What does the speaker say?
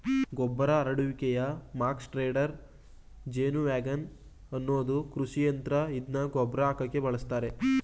ಗೊಬ್ಬರ ಹರಡುವಿಕೆಯ muck spreader ಜೇನುವ್ಯಾಗನ್ ಅನ್ನೋದು ಕೃಷಿಯಂತ್ರ ಇದ್ನ ಗೊಬ್ರ ಹಾಕಕೆ ಬಳುಸ್ತರೆ